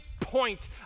point